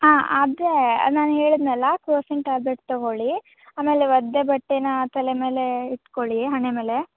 ಹಾಂ ಅದೇ ನಾನು ಹೇಳಿದೆನಲ್ಲ ಕ್ರೋಸಿನ್ ಟ್ಯಾಬ್ಲೆಟ್ ತಗೋಳಿ ಆಮೇಲೆ ಒದ್ದೆ ಬಟ್ಟೆನ ತಲೆ ಮೇಲೆ ಇಟ್ಕೊಳಿ ಹಣೆ ಮೇಲೆ